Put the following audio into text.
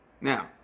now